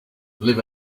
live